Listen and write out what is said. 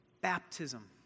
Baptism